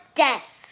desk